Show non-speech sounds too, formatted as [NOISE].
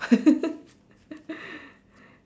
[LAUGHS]